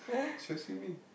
she will see me